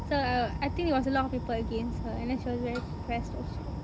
so err I think it was a lot of people against her and then she was very pressed also